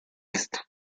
esto